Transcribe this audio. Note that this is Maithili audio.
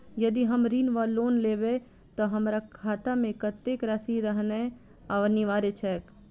यदि हम ऋण वा लोन लेबै तऽ हमरा खाता मे कत्तेक राशि रहनैय अनिवार्य छैक?